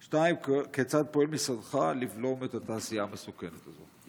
2. כיצד פועל משרדך לבלום את התעשייה המסוכנת הזו?